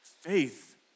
faith